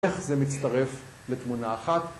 איך זה מצטרף לתמונה אחת?